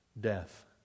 death